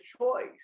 choice